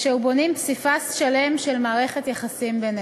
ולכן אנחנו צריכים להבטיח שיש להם את אותם